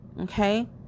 okay